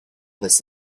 this